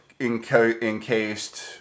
encased